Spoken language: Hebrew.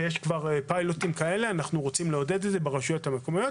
ויש כבר פיילוטים כאלה ברשויות המקומיות.